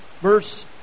verse